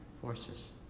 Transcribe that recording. forces